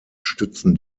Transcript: stützen